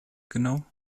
genau